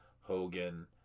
Hogan